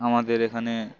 আমাদের এখানে